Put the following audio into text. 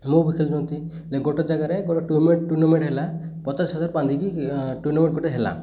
ମୁଁ ବି ଖେଲିଛନ୍ତି ହେଲେ ଗୋଟେ ଜାଗାରେ ଗୋଟେ ଟୁମେଣ୍ଟ୍ ଟୁର୍ଣ୍ଣାମେଣ୍ଟ ହେଲା ପଚାଶ ହଜାର ବାନ୍ଧିକି ଟୁର୍ଣ୍ଣାମେଣ୍ଟ ଗୋଟେ ହେଲା